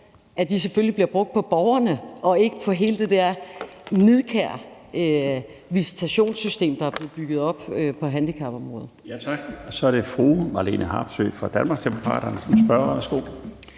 betaler, selvfølgelig bliver brugt på borgerne og ikke på hele det der nidkære visitationssystem, der er blevet bygget op på handicapområdet. Kl. 18:15 Den fg. formand (Bjarne Laustsen): Tak. Så er det fru Marlene Harpsøe fra Danmarksdemokraterne som spørger. Værsgo.